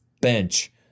bench